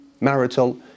marital